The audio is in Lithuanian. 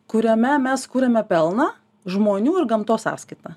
kuriame mes kuriame pelną žmonių ir gamtos sąskaita